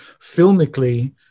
filmically